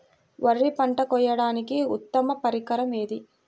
వరి పంట కోయడానికి ఉత్తమ పరికరం ఏది?